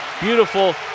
Beautiful